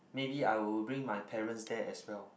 maybe I will bring my parents there as well